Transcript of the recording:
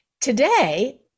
Today